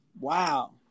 Wow